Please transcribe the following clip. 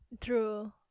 True